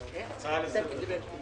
להתקדם.